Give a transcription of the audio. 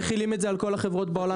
מחילים את זה על כל החברות בעולם,